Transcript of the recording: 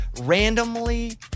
randomly